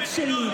משרד סתם.